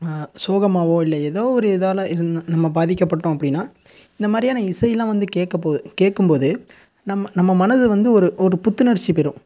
சோகமாகவோ இல்லை ஏதோ ஒரு இதால் நம்ம பாதிக்கப்பட்டோம் அப்படினா இந்த மாதிரியான இசையெல்லாம் வந்து கேட்க போ கேட்கும் போது நம்ம நம்ம மனது வந்து ஒரு ஒரு புத்துணர்ச்சி பெரும்